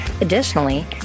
additionally